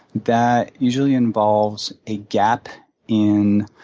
that usually involves a gap in